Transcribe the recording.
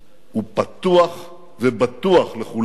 הוא פתוח ובטוח לכולם.